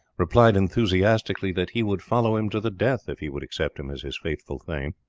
replied enthusiastically that he would follow him to the death if he would accept him as his faithful thane.